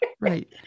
Right